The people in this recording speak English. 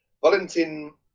Valentin